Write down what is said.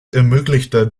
ermöglichte